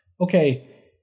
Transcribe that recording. Okay